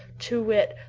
to wit,